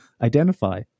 identify